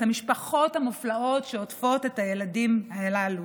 המשפחות המופלאות שעוטפות את הילדים הללו.